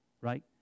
Right